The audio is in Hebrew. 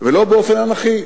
ולא באופן אנכי.